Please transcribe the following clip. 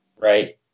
Right